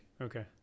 Okay